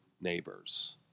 neighbors